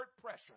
pressure